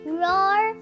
roar